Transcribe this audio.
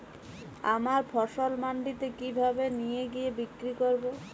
আমার ফসল মান্ডিতে কিভাবে নিয়ে গিয়ে বিক্রি করব?